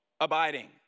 abiding